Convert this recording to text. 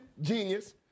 genius